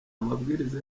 amabwiriza